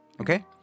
Okay